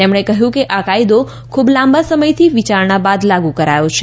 તેમણે કહ્યું કે આ કાયદો ખૂબ લાંબા સમયથી વિયારણા બાદ લાગુ કરાયો છે